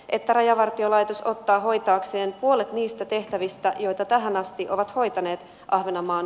että rajavartiolaitos ottaa hoitaakseen puolet niistä tehtävistä joita tähän asti ovat arvoisa puhemies